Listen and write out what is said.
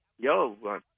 yo